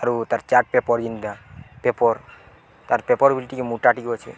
ଆରୁ ତା'ର୍ chart paper ଇନ୍ତା ପେପର୍ ତା'ର୍ ପେପର୍ ବି ଟିକେ ମୋଟା ଟିକେ ଅଛେ